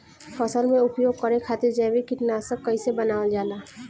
फसल में उपयोग करे खातिर जैविक कीटनाशक कइसे बनावल जाला?